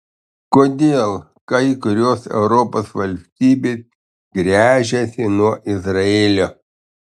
kodėl kai kurios europos valstybės gręžiasi nuo izraelio